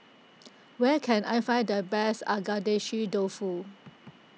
where can I find the best Agedashi Dofu